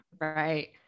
Right